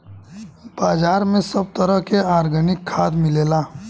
बाजार में सब तरह के आर्गेनिक खाद मिलेला